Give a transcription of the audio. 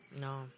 No